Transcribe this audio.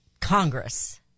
Congress